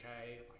okay